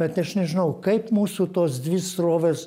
bet aš nežinau kaip mūsų tos dvi srovės